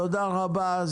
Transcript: תודה רבה.